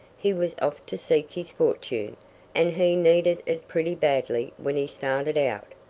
he was off to seek his fortune, and he needed it pretty badly when he started out.